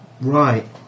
Right